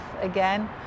again